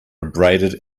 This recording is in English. abraded